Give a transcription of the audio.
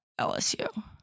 LSU